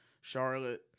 Charlotte